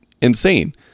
insane